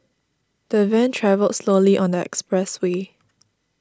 the van travelled slowly on the expressway